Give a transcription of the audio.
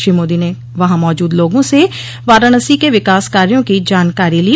श्री मोदी ने वहां मौजूद लोगों से वाराणसी के विकास कार्यो की जानकारी ली